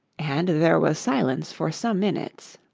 and there was silence for some minutes.